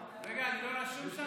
רגע, אני לא רשום שם?